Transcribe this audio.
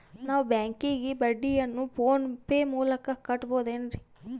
ನಾವು ಬ್ಯಾಂಕಿಗೆ ಬಡ್ಡಿಯನ್ನು ಫೋನ್ ಪೇ ಮೂಲಕ ಕಟ್ಟಬಹುದೇನ್ರಿ?